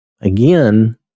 Again